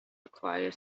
acquire